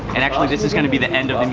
and actually this is going to be the end um